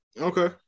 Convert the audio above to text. Okay